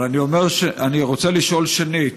אבל אני רוצה לשאול שנית: